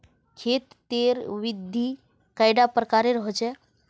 खेत तेर विधि कैडा प्रकारेर होचे?